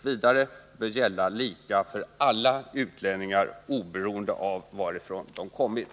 v. bör gälla lika för alla utlänningar oberoende av varifrån de kommit.